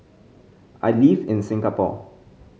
I live in Singapore